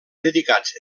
dedicats